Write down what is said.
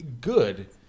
good